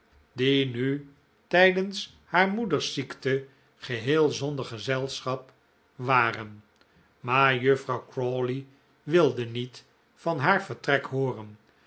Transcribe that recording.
die nu tijdens haar moecfers ziekte geheel zonder gezelschap waren maar juffrouw crawley wilde niet van haar vertrek hooren